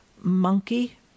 monkey